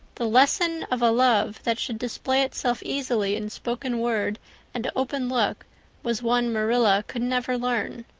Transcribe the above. the lesson of a love that should display itself easily in spoken word and open look was one marilla could never learn.